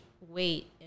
weight